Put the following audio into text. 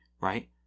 right